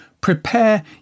prepare